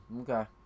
Okay